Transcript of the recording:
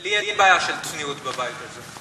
לי אין בעיה של צניעות בבית הזה.